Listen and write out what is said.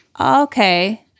Okay